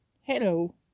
Hello